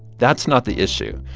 that's not the issue.